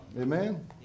Amen